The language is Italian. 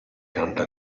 canta